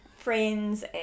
friends